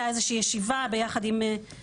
היה איזושהי ישיבה ביחד עם מפקד המרחב.